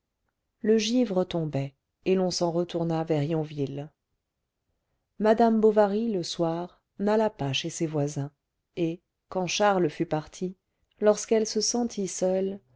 le givre tombait et l'on s'en retourna vers yonville madame bovary le soir n'alla pas chez ses voisins et quand charles fut parti lorsqu'elle se sentit seule